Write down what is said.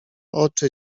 oczy